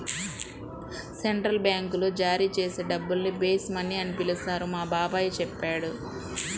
central బ్యాంకులు జారీ చేసే డబ్బుల్ని బేస్ మనీ అని పిలుస్తారని మా బాబాయి చెప్పాడు